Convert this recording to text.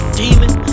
demon